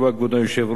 כבוד היושב-ראש,